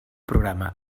programa